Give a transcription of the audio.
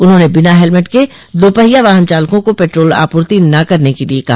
उन्होंने बिना हेलमेट के दोपहिया वाहन चालकों को पेट्रोल आपूर्ति न करने के लिए कहा